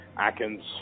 Atkins